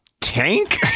tank